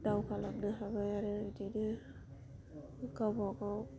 दावगालांनो हाबाय आरो बिदिनो गावबा गाव